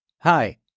Hi